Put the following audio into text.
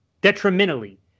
detrimentally